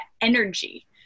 energy